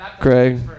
Craig